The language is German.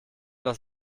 das